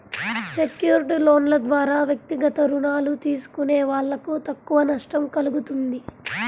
secured లోన్ల ద్వారా వ్యక్తిగత రుణాలు తీసుకునే వాళ్ళకు తక్కువ నష్టం కల్గుతుంది